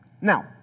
Now